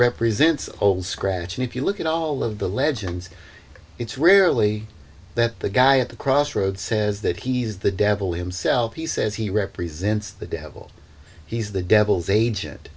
represents old scratch and if you look at all of the legends it's really that the guy at the crossroads says that he's the devil himself he says he represents the devil he's the devil's agent